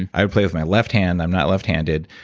and i would play with my left hand. i'm not left-handed,